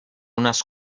unas